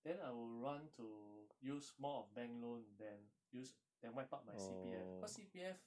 then I will run to use more of bank loan than use than wipe out my C_P_F cause C_P_F